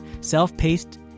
self-paced